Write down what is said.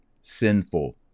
sinful